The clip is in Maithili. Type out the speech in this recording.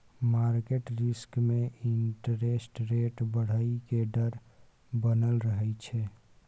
मार्केट रिस्क में इंटरेस्ट रेट बढ़इ के डर बनल रहइ छइ